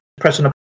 pressing